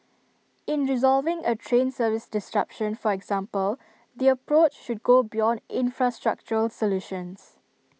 in resolving A train service disruption for example the approach should go beyond infrastructural solutions